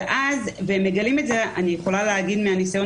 והם מגלים את זה אני יכולה להגיד מהניסיון